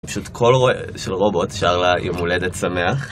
פשוט קול של רובוט שר לה עם הולדת שמח